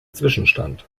zwischenstand